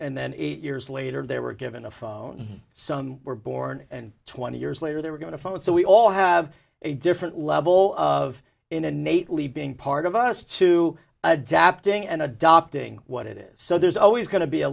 and then eight years later they were given a phone some were born and twenty years later they're going to find it so we all have a different level of in a nate leaping part of us to adapting and adopting what it is so there's always going to be a